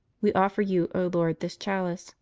we offer you, o lord, this chalice.